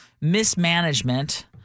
mismanagement